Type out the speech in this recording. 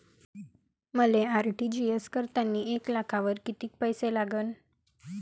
मले आर.टी.जी.एस करतांनी एक लाखावर कितीक पैसे लागन?